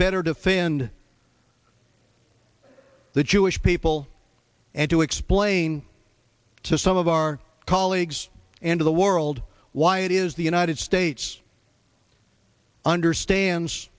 better defend the jewish people and to explain to some of our colleagues and to the world why it is the united states understands